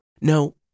No